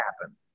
happen